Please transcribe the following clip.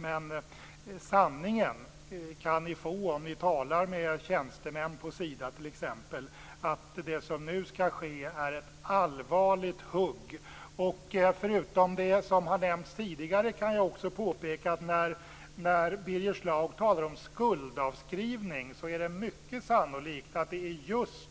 Men sanningen kan ni få om ni talar med t.ex. tjänstemän på Sida. Det som nu skall ske är ett allvarligt hugg. Förutom det som har nämnts tidigare kan jag påpeka att när Birger Schlaug talar om skuldavskrivning är det mycket sannolikt att det är just